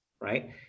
right